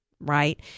Right